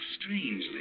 strangely